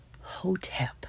Hotep